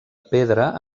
pedra